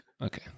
Okay